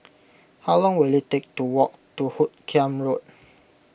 how long will it take to walk to Hoot Kiam Road